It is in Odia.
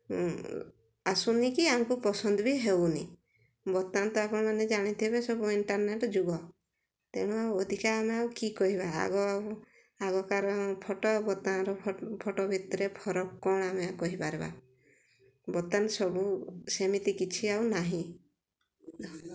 ଆସୁନି କି ଆମକୁ ପସନ୍ଦ ବି ହେଉନି ବର୍ତ୍ତମାନ ତ ଆପଣମାନେ ଜାଣିଥିବେ ସବୁ ଇଣ୍ଟର୍ନେଟ୍ ଯୁଗ ତେଣୁ ଅଧିକା ଆମେ ଆଉ କି କହିବା ଆଗ ଆଉ ଆଗ କାଳ ଫଟୋ ବର୍ତ୍ତମାନର ଫଟୋ ଭିତରେ ଫରକ କ'ଣ ଆମେ କହିପାରିବା ବର୍ତ୍ତମାନ ସବୁ ସେମିତି କିଛି ଆଉ ନାହିଁ